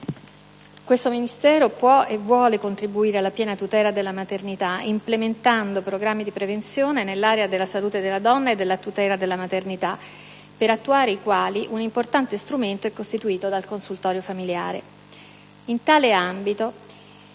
questo Ministero può e vuole contribuire alla piena tutela della maternità implementando programmi di prevenzione nell'area della salute della donna e della tutela della maternità, per attuare i quali un importante strumento è costituito dal consultorio familiare.